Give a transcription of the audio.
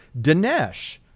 Dinesh